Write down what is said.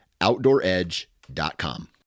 OutdoorEdge.com